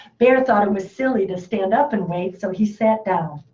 bear thought it was silly to stand up and wait so he sat down.